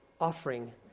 offering